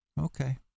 Okay